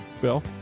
Bill